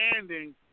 understanding